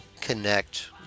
connect